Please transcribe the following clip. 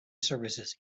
services